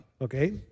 Okay